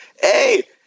hey